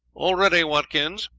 all ready, watkins?